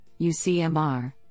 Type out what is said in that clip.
UCMR